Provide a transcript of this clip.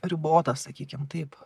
ribota sakykim taip